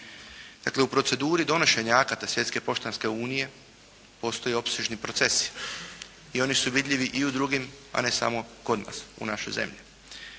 Dakle, u proceduri donošenja akata Svjetske poštanske unije, postoje opsežni procesi i oni su vidljivi i u drugim, a ne samo kod nas u našoj zemlji